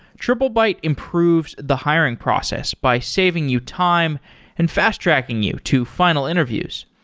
triplebyte improves the hiring process by saving you time and fast-tracking you to final interviews.